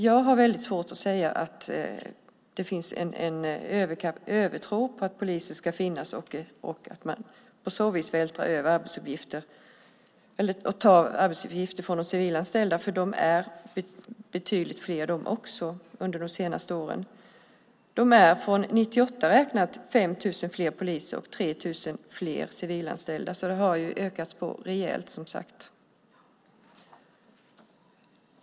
Jag har väldigt svårt att säga att det finns en övertro på att poliser ska finnas och att man på så vis tar arbetsuppgifter från de civilanställda. De har också blivit betydligt fler under de senaste åren. Från år 1998 räknat är det 5 000 fler poliser och 3 000 fler civilanställda. Det har ökats på rejält.